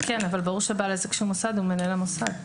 כן, אבל ברור שבעל עסק שהוא מוסד, הוא מנהל המוסד.